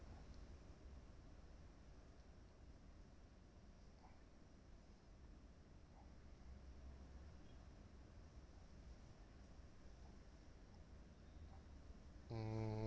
mm